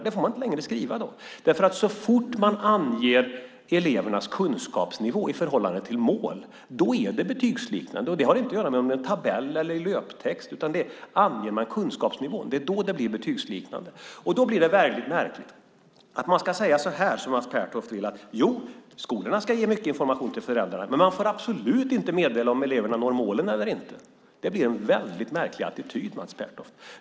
Det får man inte längre skriva då, för så fort man anger elevernas kunskapsnivå i förhållande till mål är det betygsliknande. Det har inte att göra med om det är en tabell eller i löptext, utan det är när man anger kunskapsnivån som det blir betygsliknande. Då blir det väldigt märkligt om man ska säga så som Mats Pertoft vill: Jo, skolorna ska ge mycket information till föräldrarna, men de får absolut inte meddela om eleverna når målen eller inte. Det är en väldigt märklig attityd, Mats Pertoft.